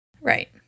Right